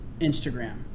Instagram